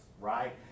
right